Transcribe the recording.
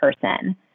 person